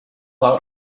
out